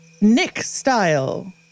Nick-style